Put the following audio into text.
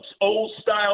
old-style